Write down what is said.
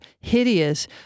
hideous